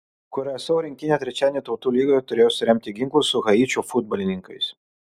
kiurasao rinktinė trečiadienį tautų lygoje turėjo suremti ginklus su haičio futbolininkais